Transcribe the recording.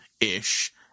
ish